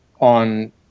on –